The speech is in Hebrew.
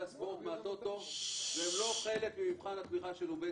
הספורט מהטוטו והם לא חלק ממבחן התמיכה של לובצקי,